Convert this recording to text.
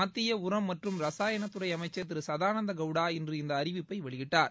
மத்திய உரம் மற்றும் ரசாயணத்துறை அமைச்சர் திரு சதானந்த கவுடா இன்று இந்த அறிவிப்பை வெளியிட்டார்